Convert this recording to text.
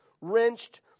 wrenched